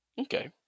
Okay